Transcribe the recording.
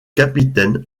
capitaine